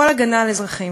כל הגנה על אזרחים.